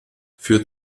für